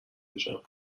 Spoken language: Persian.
بشم